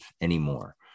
anymore